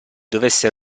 dovesse